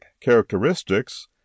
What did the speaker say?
characteristics